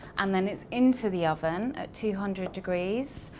and then it's into the oven at two hundred degrees,